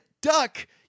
Duck